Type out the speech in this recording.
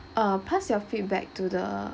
uh pass your feedback to the